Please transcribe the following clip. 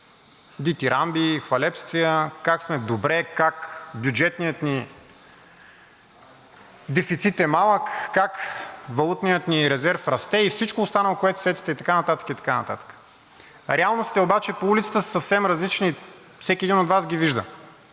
дитирамби, хвалебствия, как сме добре, как бюджетният ни дефицит е малък, как валутният ни резерв расте и всичко останало, което се сетите, и така нататък, и така нататък. Реалностите обаче по улицата са съвсем различни. Всеки един от Вас ги вижда